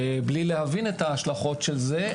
בלי להבין את ההשלכות של זה,